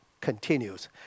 continues